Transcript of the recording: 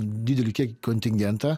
didelį kiekį kontingentą